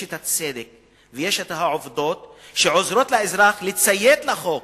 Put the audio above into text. יש הצדק ויש העובדות שעוזרות לאזרח לציית לחוק